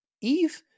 Eve